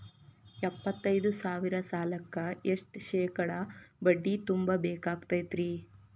ಎಪ್ಪತ್ತೈದು ಸಾವಿರ ಸಾಲಕ್ಕ ಎಷ್ಟ ಶೇಕಡಾ ಬಡ್ಡಿ ತುಂಬ ಬೇಕಾಕ್ತೈತ್ರಿ?